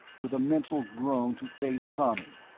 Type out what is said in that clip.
with a mental groan, to face tommy.